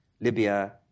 Libya